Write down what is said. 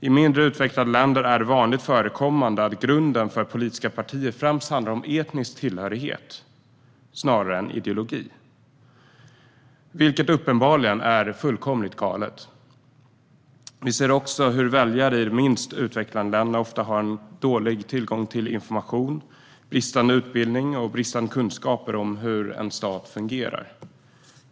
I mindre utvecklade länder är det vanligt förekommande att grunden för politiska partier främst handlar om etnisk tillhörighet snarare än ideologi, vilket uppenbarligen är fullkomligt galet. Vi ser även hur väljare i de minst utvecklade länderna har dålig tillgång till information, bristande utbildning och bristande kunskaper om hur en stat fungerar.